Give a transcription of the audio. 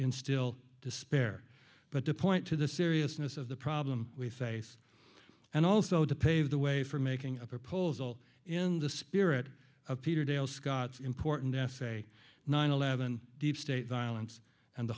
instill despair but to point to the seriousness of the problem we face and also to pave the way for making a proposal in the spirit of peter dale scott's important essay nine eleven deep state violence and the